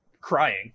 crying